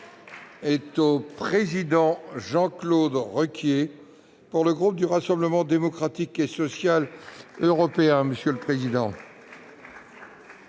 est à M. Jean-Claude Requier, pour le groupe du Rassemblement Démocratique et Social Européen. Monsieur le président,